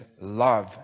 love